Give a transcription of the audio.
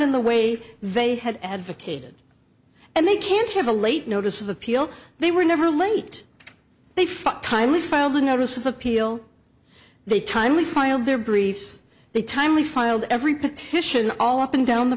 in the way they had advocated and they can't have a late notice of appeal they were never late they fought timely filed a notice of appeal they timely filed their briefs they timely filed every petition all up and down the